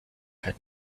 had